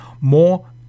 more